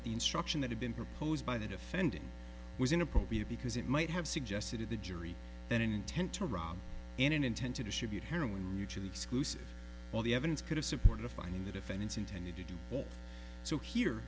that the instruction that had been proposed by the defendant was inappropriate because it might have suggested to the jury that an intent to rob in an intent to distribute heroin mutually exclusive all the evidence could have supported a finding the defendants intended to do so here